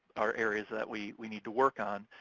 are areas that we we need to work on.